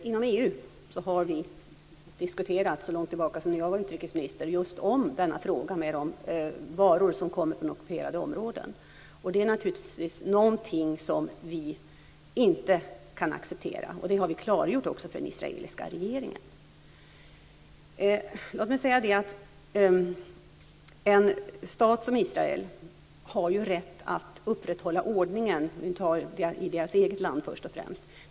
Herr talman! Inom EU har vi så långt tillbaka som när jag var utrikesminister diskuterat just denna fråga om varor som kommer från ockuperade områden. Det är naturligtvis någonting som vi inte kan acceptera. Och det har vi klargjort också för den israeliska regeringen. Låt mig säga att en stat som Israel har rätt att upprätthålla ordningen i sitt eget land, först och främst.